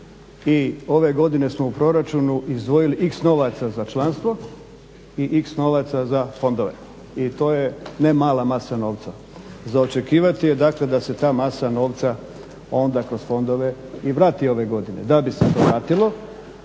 i ove godine smo u proračunu izdvojili x novaca za članstvo i x novaca za fondove i to je ne mala masa novca. Za očekivati je dakle da se ta masa novca onda kroz fondove i vrati ove godine. Da bi se to vratilo